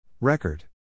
Record